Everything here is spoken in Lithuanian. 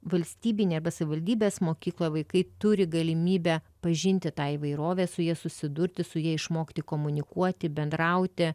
valstybinėj arba savivaldybės mokykloj vaikai turi galimybę pažinti tą įvairovę su ja susidurti su ja išmokti komunikuoti bendrauti